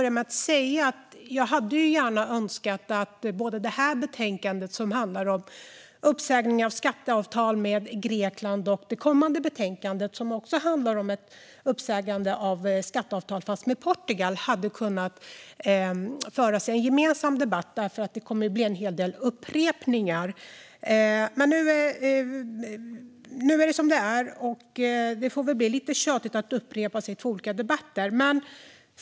Jag hade gärna önskat att detta betänkande, som handlar om uppsägning av skatteavtal med Grekland, och det kommande betänkandet, som handlar om uppsägning av skatteavtal med Portugal, hade kunnat behandlas i en gemensam debatt. Det kommer ju att bli en hel del upprepningar. Men nu är det som det är, och det får väl bli lite tjatigt.